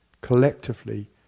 collectively